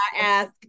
ask